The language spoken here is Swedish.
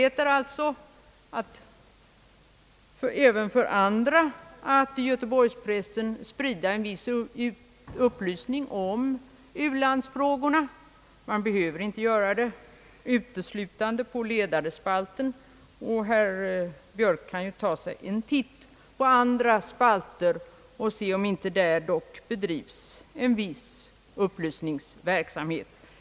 Herr Björk talade visserligen här bara om »mina herrar», men det finns både män och kvinnor i riksdag och press — och de behöver inte uteslutande skriva på ledarspalterna. Herr Björk kan ju ta sig en titt på andra spalter och se om det inte där också bedrivs en viss upplysningsverksamhet.